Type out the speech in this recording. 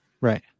right